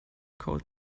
cold